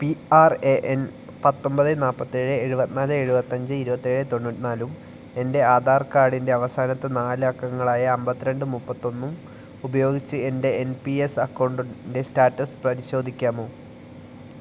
P R A N പത്തൊൻപത് നാൽപ്പത്തേഴ് എഴുപത്തിനാല് എഴുപത്തി അഞ്ച് ഇരുപത്തി ഏഴ് തൊണ്ണൂറ്റി നാല് എൻ്റെ ആധാർ കാർഡിൻ്റെ അവസാനത്തെ നാല് അക്കങ്ങളായ അൻപത്തി രണ്ട് മുപ്പത്തൊന്നും ഉപയോഗിച്ച് എൻ്റെ എൻ പി എസ് അക്കൗണ്ടിൻ്റെ സ്റ്റാറ്റസ് പരിശോധിക്കാമോ